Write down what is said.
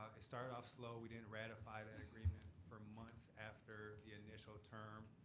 it started off slow, we didn't ratify that agreement for months after the initial term.